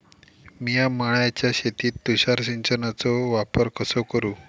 मिया माळ्याच्या शेतीत तुषार सिंचनचो वापर कसो करू?